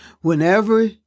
Whenever